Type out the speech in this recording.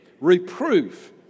reproof